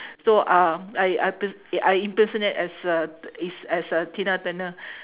so uh I I pers~ I impersonate as uh is as a tina-turner